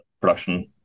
production